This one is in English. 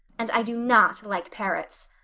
and i do not like parrots!